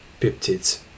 peptides